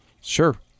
Sure